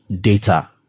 data